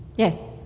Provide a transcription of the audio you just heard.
yes.